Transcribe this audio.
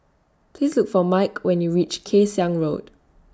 Please Look For Mike when YOU REACH Kay Siang Road